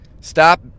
Stop